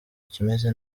kimeze